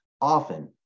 often